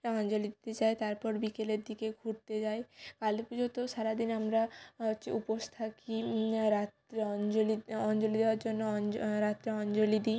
অঞ্জলি দিতে যাই তারপর বিকেলের দিকে ঘুরতে যাই কালী পুজোতেও সারা দিন আমরা হচ্ছে উপোস থাকি রাত্রে অঞ্জলি অঞ্জলি দেওয়ার জন্য অঞ্জ রাত্রে অঞ্জলি দিই